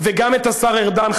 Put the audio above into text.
וגם את השר ארדן,